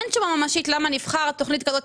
אין תשובה ממשית למה נבחר תוכנית כזאת,